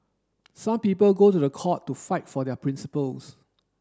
some people go to the court to fight for their principles